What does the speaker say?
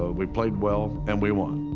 we played well and we won.